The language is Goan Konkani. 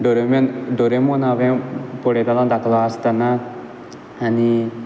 डोरेमोन डोरेमोन हांवें पळयतालो धाकलो आसतना आनी